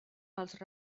pels